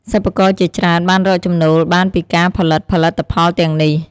សិប្បករជាច្រើនបានរកចំណូលបានពីការផលិតផលិតផលទាំងនេះ។